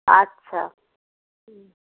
আচ্ছা হুম